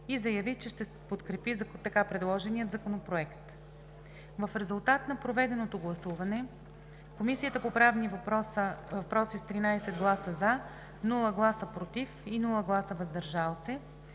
и заяви, че ще подкрепи така предложения Законопроект. В резултат на проведеното гласуване, Комисията по правни въпроси с 13 гласа „за“, без „против“ и без „въздържал се“